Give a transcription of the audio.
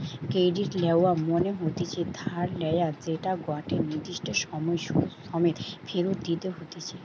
credit লেওয়া মনে হতিছে ধার লেয়া যেটা গটে নির্দিষ্ট সময় সুধ সমেত ফেরত দিতে হতিছে